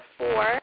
four